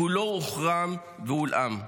כולו הוחרם והולאם.